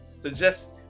suggest